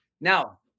Now